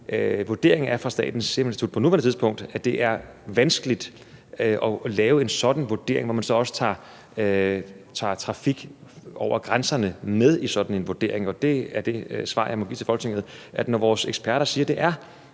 nuværende tidspunkt er, at det er vanskeligt at lave en sådan vurdering, hvor man så også tager trafik over grænserne med i sådan en vurdering. Det er det svar, jeg må give til Folketinget: Når vores eksperter siger, at det er